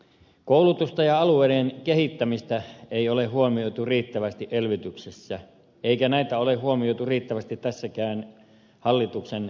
koulutusta ja alueiden kehittämistä ei ole huomioitu riittävästi elvytyksessä eikä näitä ole huomioitu riittävästi tässäkään hallituksen lisätalousarvioesityksessä